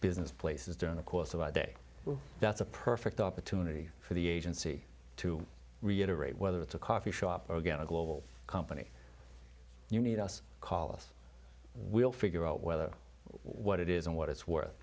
business places during the course of our day that's a perfect opportunity for the agency to reiterate whether it's a coffee shop or get a global company you need us call us we'll figure out whether what it is and what it's worth